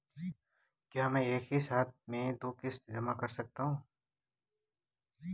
क्या मैं एक ही साथ में दो किश्त जमा कर सकता हूँ?